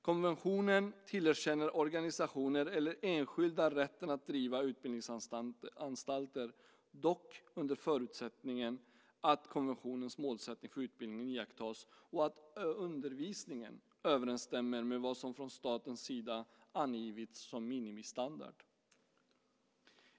Konventionen tillerkänner organisationer eller enskilda rätten att driva utbildningsanstalter, dock under förutsättningen att konventionens målsättning för utbildningen iakttas och att undervisningen överensstämmer med vad som från statens sida angivits som minimistandard.